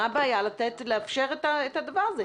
מה הבעיה לאפשר את הדבר הזה?